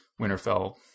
Winterfell